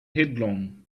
headlong